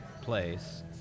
place